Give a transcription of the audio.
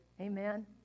Amen